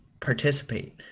participate